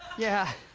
yeah,